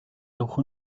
явах